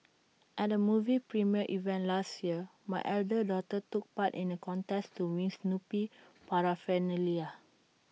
at A movie premiere event last year my elder daughter took part in A contest to win Snoopy Paraphernalia